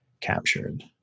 captured